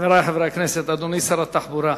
חברי חברי הכנסת, אדוני שר התחבורה,